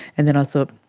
and then i thought,